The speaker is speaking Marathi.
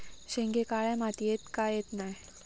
शेंगे काळ्या मातीयेत का येत नाय?